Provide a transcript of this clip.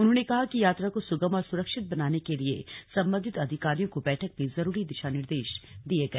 उन्होंने कहा कि यात्रा को सुगम और सुरक्षित बनाने के लिए संबंधित अधिकारियों को बैठक में जरूरी दिशा निर्देश दिए गए